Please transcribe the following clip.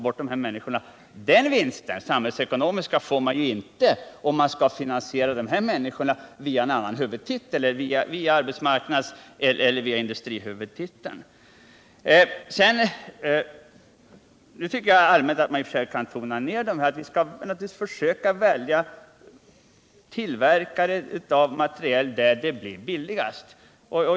Men den statsfinansiella vinsten får man inte om man skall skapa sysselsättning för de här människorna via arbetsmarknads eller industrihuvudtiteln. Vi skall naturligtvis söka tillverkare av materiel där det blir billigast.